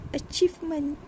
achievement